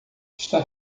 está